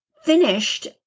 finished